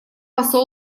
посол